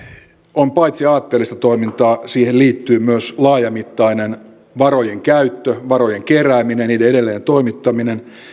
on aatteellista toimintaa siihen myös liittyy laajamittainen varojen käyttö varojen kerääminen niiden edelleen toimittaminen